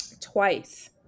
twice